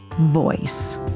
voice